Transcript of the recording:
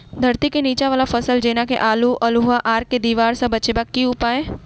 धरती केँ नीचा वला फसल जेना की आलु, अल्हुआ आर केँ दीवार सऽ बचेबाक की उपाय?